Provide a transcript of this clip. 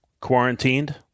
quarantined